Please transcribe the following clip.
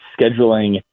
scheduling